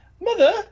mother